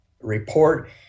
report